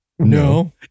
No